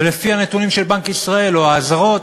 ולפי הנתונים של בנק ישראל, או האזהרות,